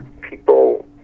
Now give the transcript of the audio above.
people